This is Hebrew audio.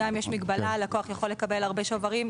גם אם יש מגבלה הלקוח יכול לקבל הרבה שוברים.